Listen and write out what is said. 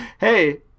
hey